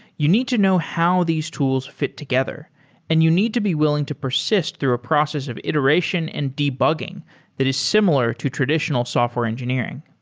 you need to know how these tools fit together and you need to be willing to persist through a process of iteration and debugging that is similar to traditional software engineering.